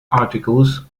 articles